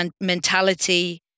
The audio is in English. mentality